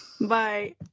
Bye